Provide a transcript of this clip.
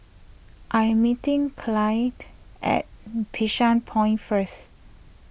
I am meeting Clyde at Bishan Point first